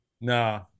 Nah